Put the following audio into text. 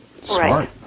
smart